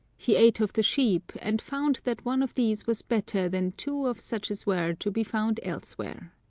he ate of the sheep, and found that one of these was better than two of such as were to be found elsewhere.